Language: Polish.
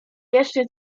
jeszcze